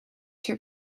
too